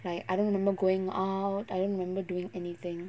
like I don't remember going out I don't remember doing anything